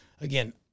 again